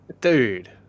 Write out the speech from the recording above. Dude